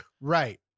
right